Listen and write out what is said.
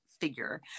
figure